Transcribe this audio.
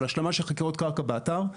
על השלמה של חקירות קרקע באתר.